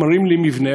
הם מראים לי מבנה